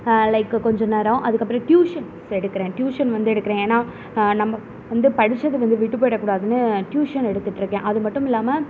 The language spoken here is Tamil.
லைக்கு கொஞ்சம் நேரம் அதுக்கு அப்புறம் டியூஷன்ஸ் எடுக்கிறேன் டியூஷன் வந்து எடுக்கிறேன் ஏனால் நம்ம வந்து படித்தது வந்து விட்டுபோயிட கூடாதுனு டியூஷன் எடுத்துகிட்டுருக்கேன் அதுமட்டும் இல்லாமல்